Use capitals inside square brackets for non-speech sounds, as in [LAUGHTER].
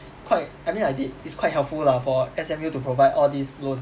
[NOISE] quite I mean like they it's quite helpful lah for S_M_U to provide all these loan